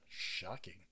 shocking